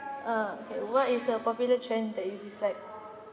uh okay what is a popular trend that you dislike